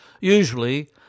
Usually